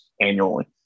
annually